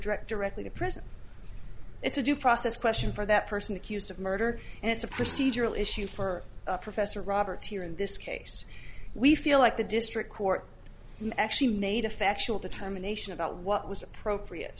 direct directly to prison it's a due process question for that person accused of murder and it's a procedural issue for professor roberts here in this case we feel like the district court actually made a factual determination about what was appropriate